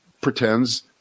pretends